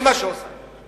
זה מה שהיא עושה.